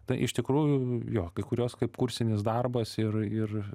tai iš tikrųjų jo kai kurios kaip kursinis darbas ir ir